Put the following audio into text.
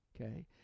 okay